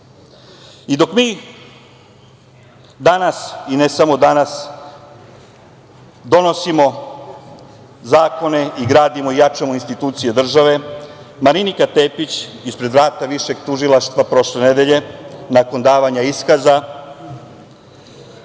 mi danas, i ne samo danas, donosimo zakone i gradimo i jačamo institucije države, Marinika Tepić ispred vrata Višeg tužilaštva prošle nedelje nakon davanja iskaza,